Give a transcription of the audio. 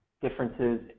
differences